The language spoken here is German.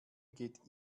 geht